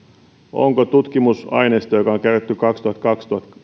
onko tutkimusaineisto joka on kerätty kaksituhattakaksitoista